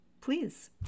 please